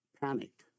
panicked